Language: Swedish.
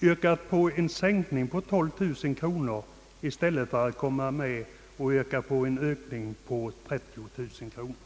yrkat på en sänkning av anslaget med 12 000 kronor i stället för att föreslå en ökning på 30 000 kronor.